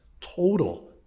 total